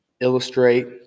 illustrate